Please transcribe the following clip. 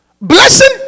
blessing